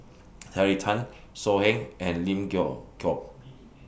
Terry Tan So Heng and Lim Geok